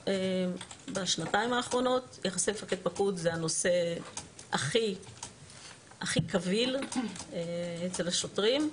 בשנתיים האחרונות יחסי מפקד-פקוד במשטרה זה הנושא הכי קביל אצל השוטרים.